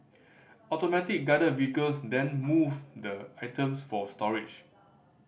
Automatic Guided Vehicles then move the items for storage